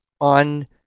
on